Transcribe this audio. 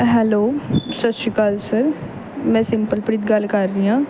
hello ਸਤਿ ਸ਼੍ਰੀ ਅਕਾਲ ਸਰ ਮੈਂ ਸਿੰਪਲਪ੍ਰੀਤ ਗੱਲ ਕਰ ਰਹੀ ਹਾਂ